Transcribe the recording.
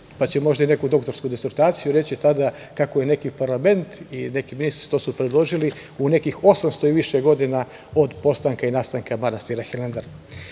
pa će možda i neku doktorsku disertaciju reći tada kako je neki parlament i kako su neki ministri to predložili u nekih 800 i više godina od postanka i nastanka manastira Hilandar. Velika